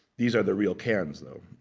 these are the real cans though.